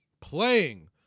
playing